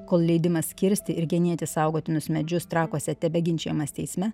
kol leidimas kirsti ir genėti saugotinus medžius trakuose tebeginčijamas teisme